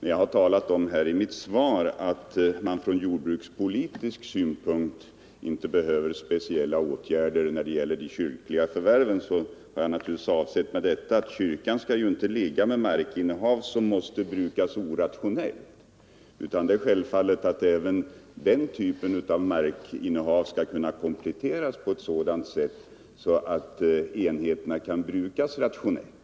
I När jag i mitt svar talade om att man från jordbrukspolitisk synpunkt inte behöver speciella åtgärder när det gäller de kyrkliga förvärven, har f Nr 137 jag avsett att kyrkan inte skall ligga med markinnehav som måste brukas Fredagen den orationellt. Det är självfallet att även den typen av markinnehav skall 6 december 1974 kunna kompletteras på ett sådant sätt att enheterna kan brukas rationellt.